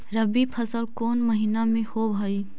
रबी फसल कोन महिना में होब हई?